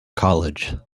college